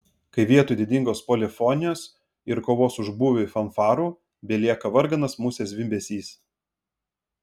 kai vietoj didingos polifonijos ir kovos už būvį fanfarų belieka varganas musės zvimbesys